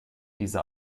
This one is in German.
dieser